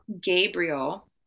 Gabriel